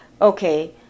Okay